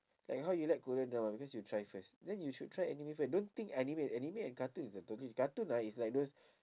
like how you like korean drama because you try first then you should try anime first don't think anime anime and cartoon is a totally cartoon ah is like those